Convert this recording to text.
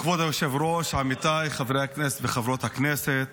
כבוד היושב-ראש, עמיתיי חברי הכנסת וחברות הכנסת,